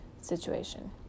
situation